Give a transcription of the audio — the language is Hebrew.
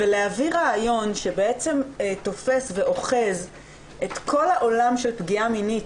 להביא רעיון שתופס ואוחז את כל העולם של פגיעה מינית,